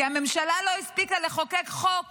כי הממשלה לא הספיקה לחוקק חוק